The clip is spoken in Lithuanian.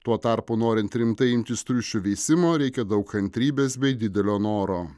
tuo tarpu norint rimtai imtis triušių veisimo reikia daug kantrybės bei didelio noro